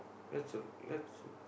that's al~ that's